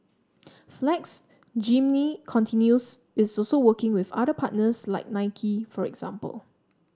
flex Jeannine continues is also working with other partners like Nike for example